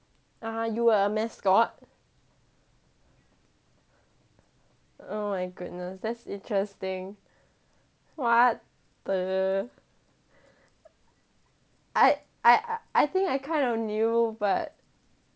ah you were a mascot oh my goodness that's interesting what the I I I I think I kind of know but